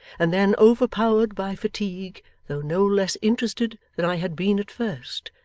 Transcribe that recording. and then over-powered by fatigue though no less interested than i had been at first,